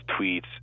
tweets